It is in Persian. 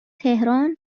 تهران